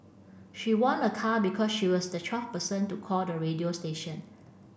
she won a car because she was the twelfth person to call the radio station